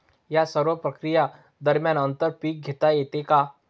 या सर्व प्रक्रिये दरम्यान आंतर पीक घेता येते का?